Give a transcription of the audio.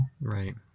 Right